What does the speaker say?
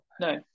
No